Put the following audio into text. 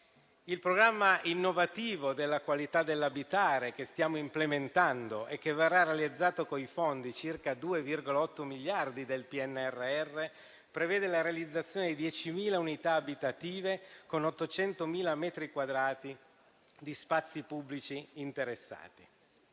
Il programma innovativo della qualità dell'abitare, che stiamo implementando e che verrà realizzato con i fondi del PNRR, pari a circa 2,8 miliardi, prevede la realizzazione di 10.000 unità abitative con 800.000 metri quadrati di spazi pubblici interessati.